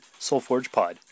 soulforgepod